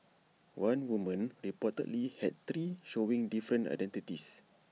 one woman reportedly had three showing different identities